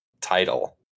title